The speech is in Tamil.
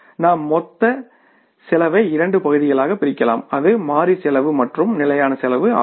நாம் மொத்த செலவை இரண்டு பகுதிகளாக பிரிக்கிறோம் அது மாறி செலவு மற்றும் நிலையான செலவு ஆகும்